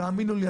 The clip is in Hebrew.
תאמינו לי,